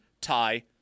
tie